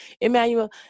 Emmanuel